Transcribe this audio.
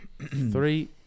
three